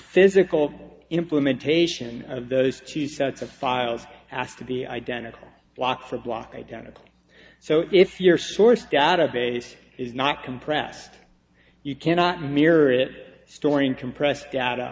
physical implementation of those two sets of files asked to be identical block for block identical so if your source database is not compressed you cannot mirror it storing compressed data